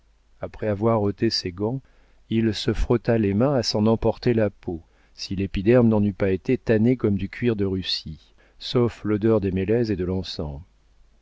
après avoir ôté ses gants il se frotta les mains à s'en emporter la peau si l'épiderme n'en eût pas été tanné comme du cuir de russie sauf l'odeur des mélèzes et de l'encens